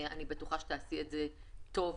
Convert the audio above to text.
אני בטוחה שתעשי את זה טוב,